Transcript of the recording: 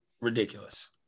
Ridiculous